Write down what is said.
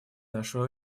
нашего